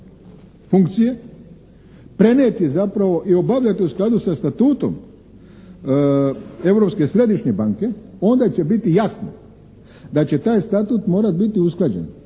funkcije prenijeti zapravo i obavljati u skladu sa statutom Europske središnje banke onda će biti jasno da će taj statut morat biti usklađen